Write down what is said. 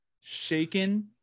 shaken